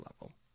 level